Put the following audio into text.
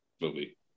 movie